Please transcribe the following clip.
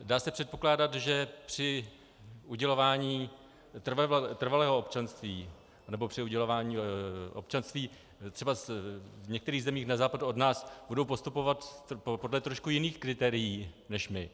Dá se předpokládat, že při udělování trvalého občanství, nebo při udělování občanství třebas v některých zemích na západ od nás budou postupovat podle trošku jiných kritérií než my.